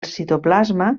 citoplasma